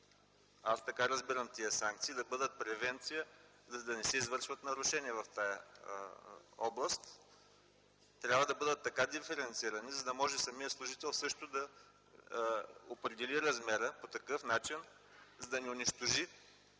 аз така разбирам тези санкции – да бъдат превенция, за да не се извършват нарушения в тази област, трябва да бъдат така диференцирани, за да може самият служител също да определи размера по такъв начин, за да не унищожи